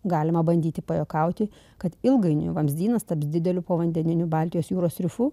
galima bandyti pajuokauti kad ilgainiui vamzdynas taps dideliu povandeniniu baltijos jūros rifu